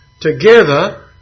together